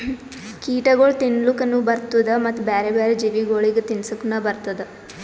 ಕೀಟಗೊಳ್ ತಿನ್ಲುಕನು ಬರ್ತ್ತುದ ಮತ್ತ ಬ್ಯಾರೆ ಬ್ಯಾರೆ ಜೀವಿಗೊಳಿಗ್ ತಿನ್ಸುಕನು ಬರ್ತ್ತುದ